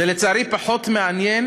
זה, לצערי, פחות מעניין